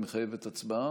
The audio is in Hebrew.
היא מחייבת הצבעה?